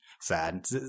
Sad